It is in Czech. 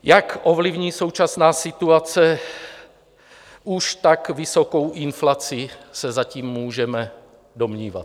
Jak ovlivní současná situace už tak vysokou inflaci, se zatím můžeme domnívat.